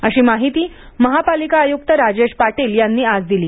अशी माहिती महापालिका आयुक्त राजेश पाटील यांनी आज दिली